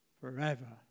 Forever